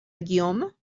guillaume